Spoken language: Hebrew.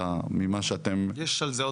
עכשיו אתה לוקח